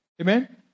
Amen